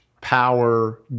power